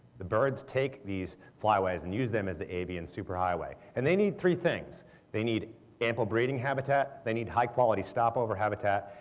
the birds take these flyways and use them as the avian super highway. and they need three things they need ample breeding habitat, they need high quality stopover habitat,